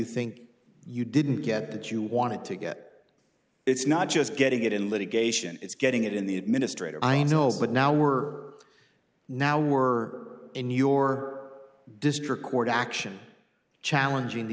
think you didn't get that you wanted to get it's not just getting it in litigation it's getting it in the administrator i know but now we're now we're in your district court action challenging the